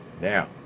Now